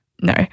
No